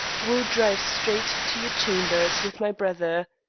will drive straight to your chambers with my brother.